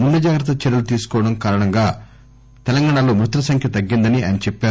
ముందు జాగ్రత్త చర్యలు తీసుకోవడం కారణంగా తెలంగాణలో మృతుల సంఖ్య తగ్గిందని ఆయన చెప్పారు